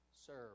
serve